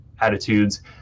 attitudes